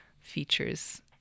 features